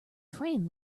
train